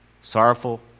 Sorrowful